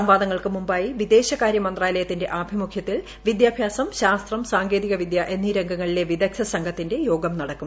സംവാദങ്ങൾക്ക് മുമ്പായി വിദേശകാര്യ മന്ത്രാലയത്തിന്റെ ആഭിമുഖ്യത്തിൽ വിദ്യാഭ്യാസം ശാസ്ത്രം സാങ്കേതികവിദ്യ എന്നീ രംഗങ്ങളിലെ വിദഗ്ധ സംഘത്തിന്റെ യോഗം നടക്കും